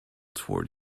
toward